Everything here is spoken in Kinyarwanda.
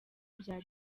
bya